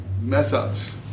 mess-ups